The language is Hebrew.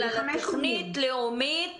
אלא לתכנית לאומית